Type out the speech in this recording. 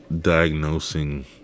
diagnosing